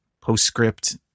PostScript